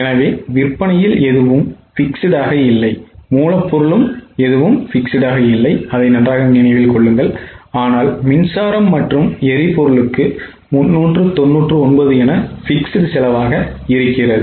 எனவே விற்பனையில் எதுவும் fixed ஆக இல்லை மூலப்பொருள் எதுவும் fixed ஆக இல்லை ஆனால் மின்சாரம் மற்றும் எரிபொருளுக்கு 399 என fixed செலவாக இருக்கிறது